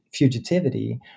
fugitivity